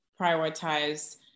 prioritized